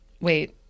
Wait